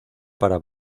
para